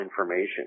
information